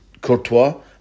Courtois